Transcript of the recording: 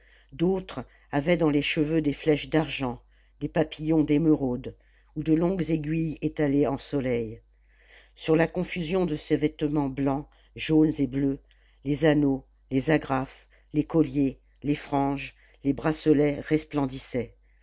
d'autres avaient dans les cheveux des flèches d'argent des papillons d'émeraudes ou de longues aiguilles étalées en soleil sur la confusion de ces vêtements blancs jaunes et bleus les anneaux les agrafes les colliers les franges les bracelets resplendissaient